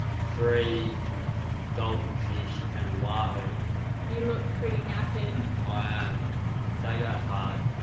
three dolphin fish and a wahoo you look pretty knackered i am, they go hard